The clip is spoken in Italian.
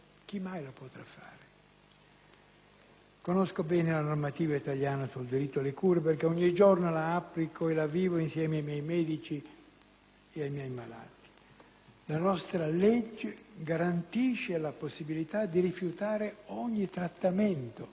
Conosco bene la normativa italiana sul diritto di cura, perché ogni giorno la applico e la vivo insieme ai miei medici e ai miei malati: la nostra legge garantisce la possibilità di rifiutare ogni trattamento, anche di semplice sostegno,